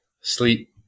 Sleep